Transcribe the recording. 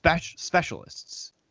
specialists